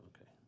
Okay